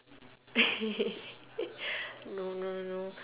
no no no